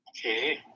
Okay